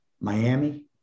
Miami